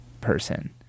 person